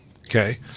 okay